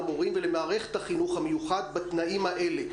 למורים ולמערכת החינוך המיוחד בתנאים האלה.